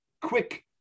quick